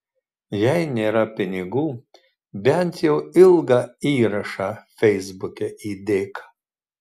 jei nėra pinigų bent jau ilgą įrašą feisbuke įdėk